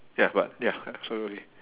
ya but ya totally